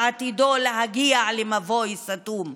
שעתידו להגיע למבוי סתום.